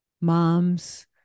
moms